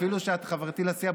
אפילו שאת חברתי לסיעה,